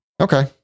Okay